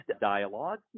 dialogue